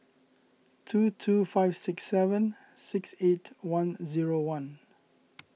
two two five six seven six eight one zero one